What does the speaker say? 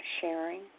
sharing